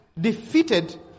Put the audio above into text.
defeated